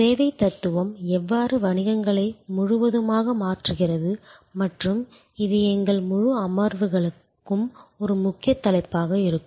சேவைத் தத்துவம் எவ்வாறு வணிகங்களை முழுவதுமாக மாற்றுகிறது மற்றும் இது எங்கள் முழு அமர்வுகளுக்கும் ஒரு முக்கிய தலைப்பாக இருக்கும்